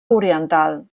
oriental